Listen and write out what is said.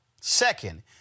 Second